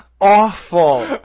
awful